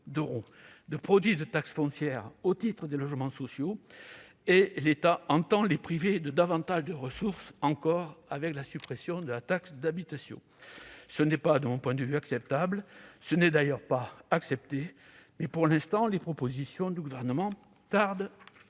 d'euros de produit de taxe foncière au titre des logements sociaux et l'État entend les priver de plus de ressources encore, du fait de la suppression de la taxe d'habitation. De mon point de vue, ce n'est pas acceptable- ce n'est d'ailleurs pas accepté -, mais, pour l'instant, les propositions du Gouvernement tardent